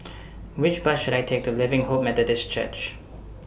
Which Bus should I Take to Living Hope Methodist Church